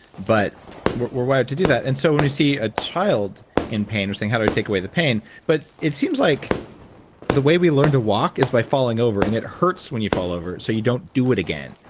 but we're we're wired to do that. and so when you see a child in pain and you're saying, how do i take away the pain? but it seems like the way we learn to walk is by falling over and it hurts when you fall over so you don't do it again.